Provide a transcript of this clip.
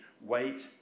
Wait